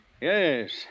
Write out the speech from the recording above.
Yes